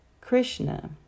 Krishna